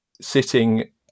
sitting